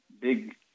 big